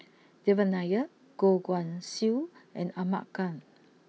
Devan Nair Goh Guan Siew and Ahmad Khan